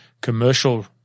commercial